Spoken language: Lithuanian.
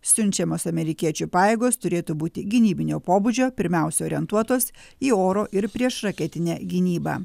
siunčiamos amerikiečių pajėgos turėtų būti gynybinio pobūdžio pirmiausia orientuotos į oro ir priešraketinę gynybą